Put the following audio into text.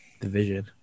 division